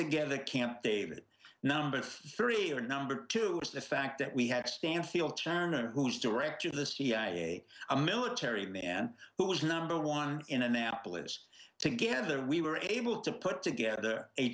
together camp david number three or number two is the fact that we had stansfield turner who's director of the cia a military man who was number one in annapolis together we were able to put together a